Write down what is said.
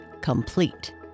complete